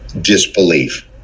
Disbelief